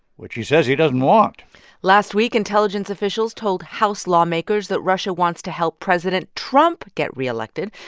which he says he doesn't want last week, intelligence officials told house lawmakers that russia wants to help president trump get reelected.